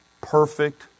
perfect